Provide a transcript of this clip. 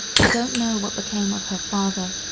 i don't know what became of her father,